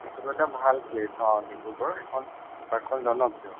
সেইটো এটা ভাল প্লেচ অঁ ডিব্ৰুগড় সেইখন পাৰ্কখন জনপ্ৰিয়